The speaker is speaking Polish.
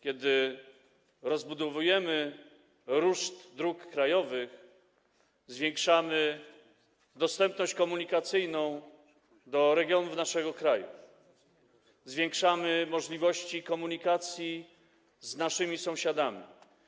Kiedy rozbudowujemy ruszt dróg krajowych, zwiększamy dostępność komunikacyjną regionów naszego kraju, zwiększamy możliwości komunikacji z naszymi sąsiadami.